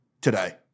today